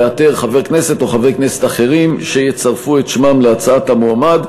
לאתר חבר כנסת או חברי כנסת אחרים שיצרפו את שמם להצעת המועמד,